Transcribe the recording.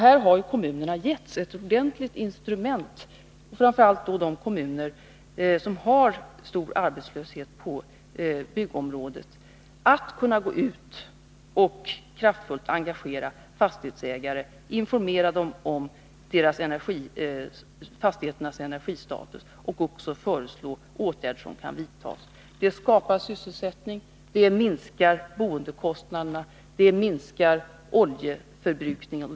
Här har kommunerna — framför allt de kommuner som har stor arbetslöshet på byggområdet — getts ett ordentligt instrument för att kunna gå ut och kraftfullt engagera fastighetsägarna, informera dem om fastigheternas energistatus och även föreslå åtgärder som kan vidtas. Det skapar sysselsättning, det minskar boendekostnaderna, och det minskar oljeförbrukningen.